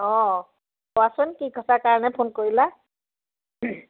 অঁ কোৱাচোন কি কথাৰ কাৰণে ফোন কৰিলা